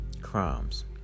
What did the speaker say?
crimes